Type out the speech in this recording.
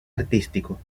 artístico